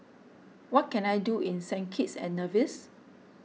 what can I do in Saint Kitts and Nevis